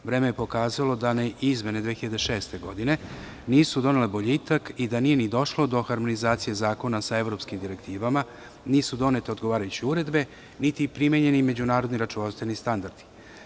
Vreme je pokazalo da ni izmene 2006. godine nisu donele boljitak i da nije ni došlo do harmonizacije zakona sa evropskim direktivama, nisu donete odgovarajuće uredbe, niti primenjeni međunarodni računovodstveni standardi.